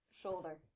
shoulder